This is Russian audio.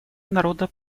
народа